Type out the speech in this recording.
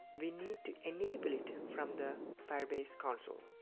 we need to enabled it from the firebase console.